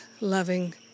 loving